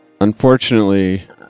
Unfortunately